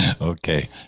Okay